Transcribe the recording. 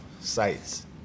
sites